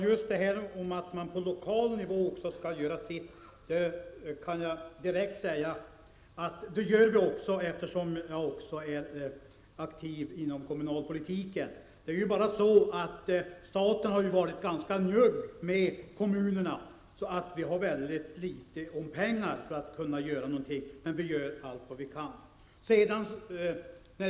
Herr talman! Arbetsmarknadsministern sade att man skall göra sitt också på lokal nivå. Eftersom jag är aktiv även inom kommunalpolitiken kan jag direkt säga att vi gör det också. Det är bara så att staten har varit ganska njugg mot kommunerna, så vi har väldigt litet pengar att göra någonting för. Men vi gör allt vad vi kan.